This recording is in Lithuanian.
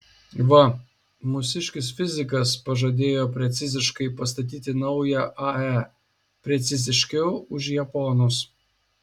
va mūsiškis fizikas pažadėjo preciziškai pastatyti naują ae preciziškiau už japonus